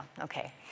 Okay